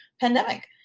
pandemic